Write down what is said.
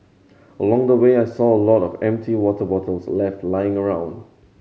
along the way I saw a lot of empty water bottles left lying around